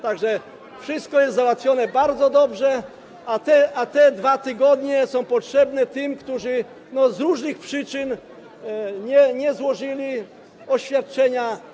Tak więc wszystko jest załatwione bardzo dobrze, a te 2 tygodnie są potrzebne tym, którzy z różnych przyczyn nie złożyli oświadczeń.